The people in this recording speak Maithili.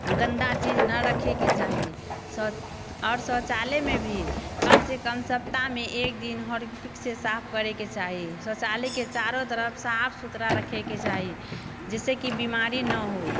गन्दा चीज नहि रखैके चाही आओर शौचालयमे भी कमसँ कम सप्ताहमे एक दिन हार्पिकसँ साफ करैके चाही शौचालयके चारो तरफ साफ सुथरा रखैके चाही जाहिसँकि बेमारी नहि हो